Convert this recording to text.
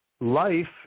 life